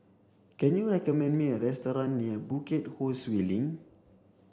can you recommend me a restaurant near Bukit Ho Swee Link